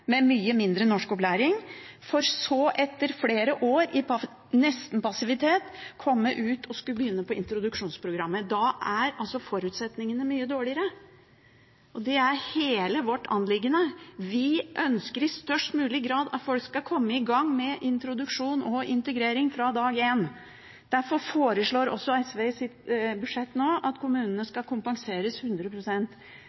med mye mindre norskopplæring, for så, etter flere år i nesten passivitet, å komme ut og skulle begynne på introduksjonsprogrammet. Da er forutsetningene mye dårligere. Det er hele vårt anliggende. Vi ønsker i størst mulig grad at folk skal komme i gang med introduksjon og integrering fra dag én. Derfor foreslår også SV i sitt budsjett at kommunene skal kompenseres